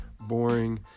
boring